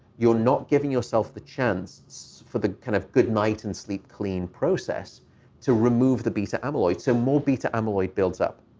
you're not giving yourself the chance for the kind of good night and sleep clean process to remove the beta amyloid. so more beta amyloid builds up.